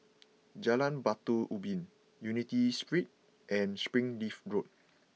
Jalan Batu Ubin Unity Street and Springleaf Road